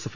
F